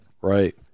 Right